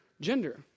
gender